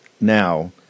now